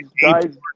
guys